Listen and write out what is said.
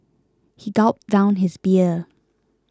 he gulped down his beer